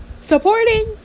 supporting